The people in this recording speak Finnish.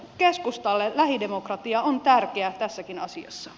keskustalle lähidemokratia on tärkeä tässäkin asiassa